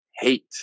hate